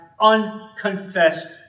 unconfessed